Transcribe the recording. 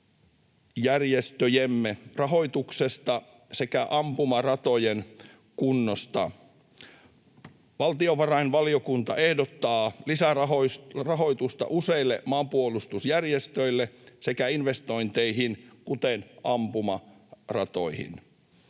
maanpuolustusjärjestöjemme rahoituksesta sekä ampumaratojen kunnosta. Valtiovarainvaliokunta ehdottaa lisärahoitusta useille maanpuolustusjärjestöille sekä investointeihin, kuten ampumaratoihin.